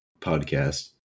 Podcast